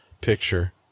picture